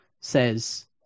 says